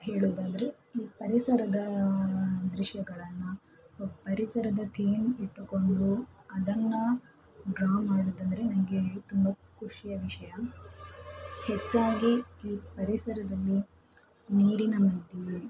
ಹೇಳೋದಾದ್ರೆ ಈ ಪರಿಸರದ ದೃಶ್ಯಗಳನ್ನು ಪರಿಸರದ ಥೀಮ್ ಇಟ್ಟುಕೊಂಡು ಅದನ್ನು ಡ್ರಾ ಮಾಡುವುದಂದ್ರೆ ನನಗೆ ತುಂಬ ಖುಷಿಯ ವಿಷಯ ಹೆಚ್ಚಾಗಿ ಈ ಪರಿಸರದಲ್ಲಿ ನೀರಿನ ಮಧ್ಯೆ